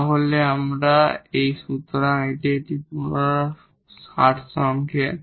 তাহলে সুতরাং এটি পুরো সারসংক্ষেপ